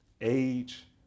age